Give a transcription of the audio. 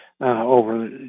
over